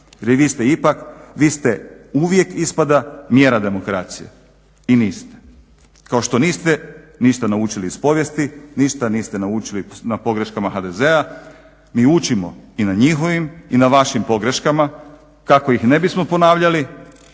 i demokraciju. Vi ste uvijek ispada mjera demokracije, i niste. Kao što niste ništa naučili iz povijesti, ništa niste naučili na pogreškama HDZ-a. Mi učimo i na njihovim i na vašim pogreškama kako ih ne bismo ponavljali.